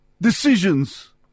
decisions